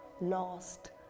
lost